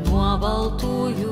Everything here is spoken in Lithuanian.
nuo baltųjų